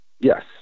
Yes